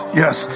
yes